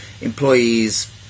employees